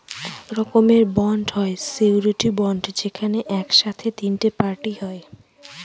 এক রকমের বন্ড হয় সিওরীটি বন্ড যেখানে এক সাথে তিনটে পার্টি হয়